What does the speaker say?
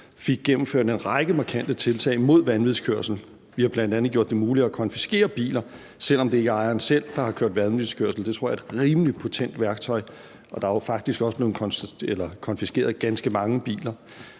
fik gennemført en række markante tiltag mod vanvidskørsel. Vi har bl.a. gjort det muligt at konfiskere biler, selv om det ikke er ejeren selv, der har kørt vanvidskørsel. Det tror jeg er et rimelig potent værktøj, og der er jo faktisk også blevet konfiskeret ganske mange biler.